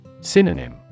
Synonym